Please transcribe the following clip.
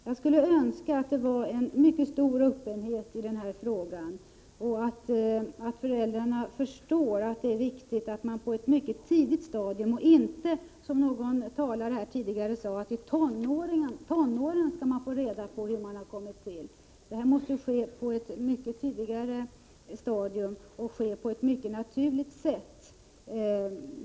Jag skulle önska att det fanns en mycket stor öppenhet i den här frågan, så att föräldrarna förstår att det är viktigt att barnet på ett mycket tidigt stadium får reda på hur det har kommit till. Det får inte, som någon talare tidigare sade, dröja till tonåren, utan det måste ske på ett mycket tidigare stadium och på ett naturligt sätt.